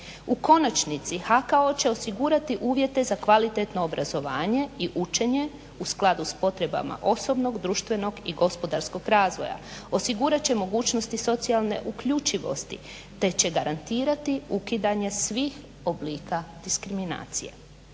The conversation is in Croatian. U konačnici HKO će osigurati uvjete za kvalitetno obrazovanje i učenje u skladu s potrebama osobnog, društvenog i gospodarskog razvoja, osigurat će mogućnosti i socijalne uključivosti te će garantirati ukidanje svih oblika diskriminacije.